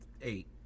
eight